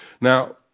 Now